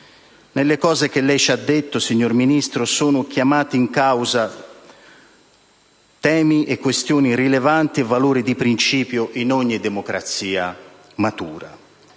Nelle cose che lei ha detto, signor Ministro, sono chiamati in causa temi, questioni e valori di principio rilevanti in ogni democrazia matura.